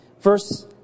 Verse